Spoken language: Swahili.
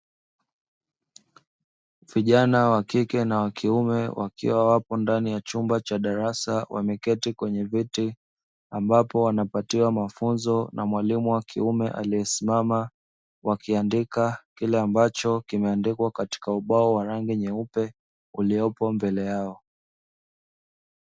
Vijana wa kike na wa kiume wakiwa wapo kwenye darasa, wameketi kwenye kiti na kupatiwa mafunzo na mwalimu wa kiume amesimama, wakiandika kile ambacho kimeandikwa katika ubao mweupe uliopo mbele yao.